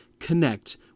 Connect